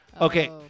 Okay